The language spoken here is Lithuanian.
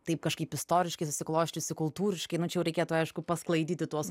taip kažkaip istoriškai susiklosčiusi kultūriškai nu čia jau reikėtų aišku pasklaidyti tuos